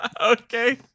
okay